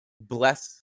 bless